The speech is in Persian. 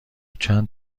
چند